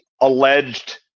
alleged